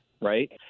right